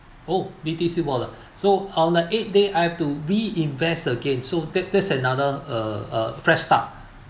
oh B_T_C wallet so on the eighth day I've to reinvest again so that that's another uh fresh start